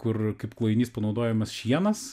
kur kaip klojinys panaudojamas šienas